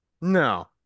no